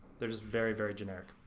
they're just very, very generic.